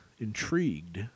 intrigued